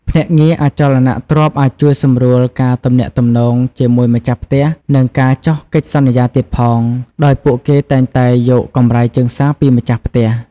ភ្នាក់ងារអចលនទ្រព្យអាចជួយសម្រួលការទំនាក់ទំនងជាមួយម្ចាស់ផ្ទះ និងការចុះកិច្ចសន្យាទៀតផង ដោយពួកគេតែងតែយកកម្រៃជើងសារពីម្ចាស់ផ្ទះ។